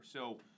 So-